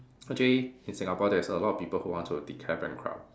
actually in Singapore there's a lot people who want to declare bankrupt